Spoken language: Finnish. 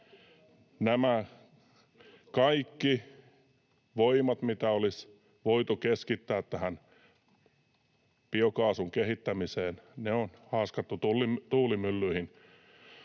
Kaikki voimat, mitä olisi voitu keskittää biokaasun kehittämiseen, on haaskattu tuulimyllyihin.